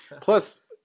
Plus